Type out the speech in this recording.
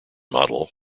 model